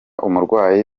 umurwayi